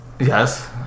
Yes